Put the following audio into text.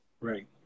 Right